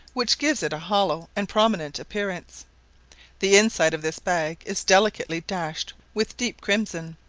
which gives it a hollow and prominent appearance the inside of this bag is delicately dashed with deep crimson,